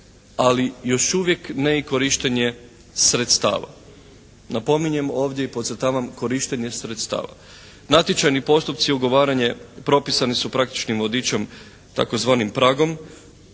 ali još uvijek ne i korištenje sredstava. Napominjem ovdje i podcrtavam korištenje sredstava. Natječajni postupci ugovaranje propisani su praktičnim vodičem, tzv. pragom